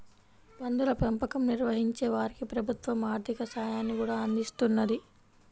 పందుల పెంపకం నిర్వహించే వారికి ప్రభుత్వం ఆర్ధిక సాయాన్ని కూడా అందిస్తున్నది